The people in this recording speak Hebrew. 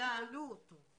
שלא כללו אותו.